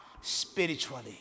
spiritually